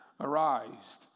arised